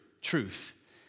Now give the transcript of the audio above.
truth